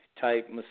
type